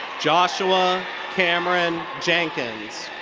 joshua kamron jenkins.